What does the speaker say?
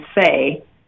say